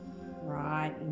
right